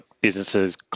businesses